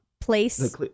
place